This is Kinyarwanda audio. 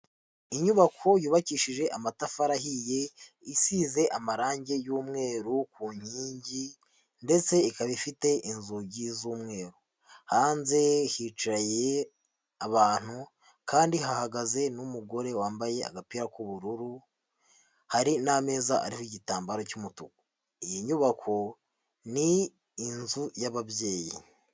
Inyubako yubakishije amatafari ahiye, isize amarangi y'umweru ku nkingi ndetse ikaba ifite inzugi z'umweru, hanze hicaye abantu kandi hahagaze n'umugore wambaye agapira k'ubururu, hari n'ameza ariho igitambaro cy'umutuku, iyi nyubako ni inzu y'ababyeyi.